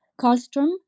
Karlstrom